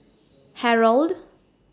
Harrold